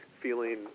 feeling